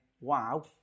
wow